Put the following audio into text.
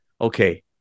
okay